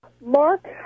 Mark